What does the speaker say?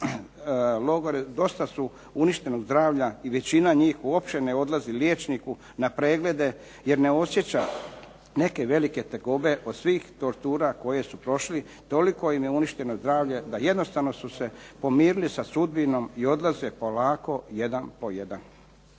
dosta su uništenog zdravlja i većina njih uopće ne odlazi liječniku na preglede, jer ne osjeća neke velike tegobe od svih tortura koje su prošli. Toliko im je uništeno zdravlja da su se jednostavno pomirili sa sudbinom i odlaze polako jedan po jedan.